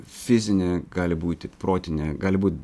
fizinė gali būti protinė gali būt